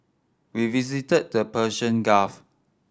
we visited the Persian Gulf